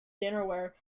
dinnerware